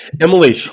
Emily